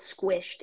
squished